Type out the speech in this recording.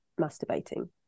masturbating